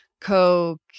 coke